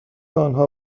آنها